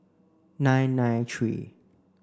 nine nine three